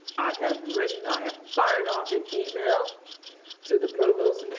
i have written, i have fired off an email to the provost